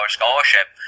scholarship